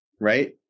Right